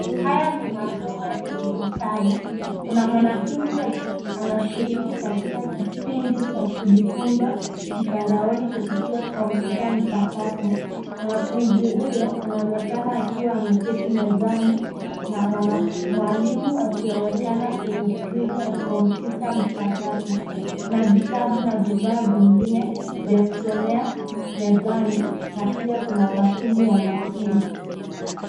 Haya ni masomo ya kidigitali. Kuna mwanafunzi anashiriki katika kipindi cha kujifunza mtanadaoni kupitia kompyuta mpakato. Mwanafunzi huyo anaonekana akiwa ameketi mezani na mwalimu akionekana kwenye skrini ya kompyuta mpakato. Kuna vitabu na vifaa vingine vya kusomea mezani pia kuna bakuli ya matunda.